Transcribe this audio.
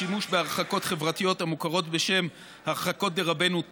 שימוש בהרחקות חברתיות המוכרות בשם הרחקות דרבנו תם,